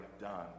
done